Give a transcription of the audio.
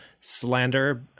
slander